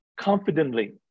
confidently